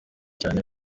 cyane